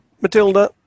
Matilda